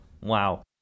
Wow